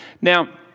Now